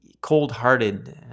cold-hearted